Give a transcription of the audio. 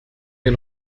wir